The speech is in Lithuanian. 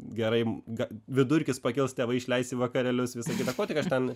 gerai gal vidurkis pakils tėvai išleis į vakarėlius visa kita ko tik aš ten